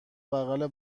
بغل